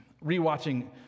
re-watching